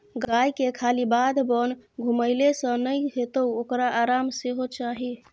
गायके खाली बाध बोन घुमेले सँ नै हेतौ ओकरा आराम सेहो चाही